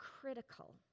critical